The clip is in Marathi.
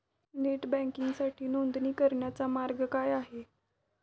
नेट बँकिंगसाठी नोंदणी करण्याचा मार्ग काय आहे?